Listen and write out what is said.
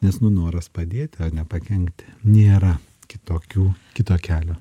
nes nu noras padėti o ne pakenkti nėra kitokių kito kelio